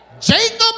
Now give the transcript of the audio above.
Jacob